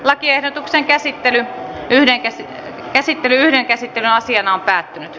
lakiehdotuksen käsittely yhden käsittelyn asiana päättyi